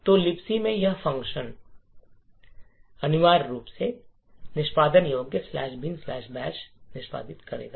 तो लिबक में यह फ़ंक्शन सिस्टम अनिवार्य रूप से निष्पादन योग्य बिन बैश "binbash" निष्पादित करेगा